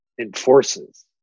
enforces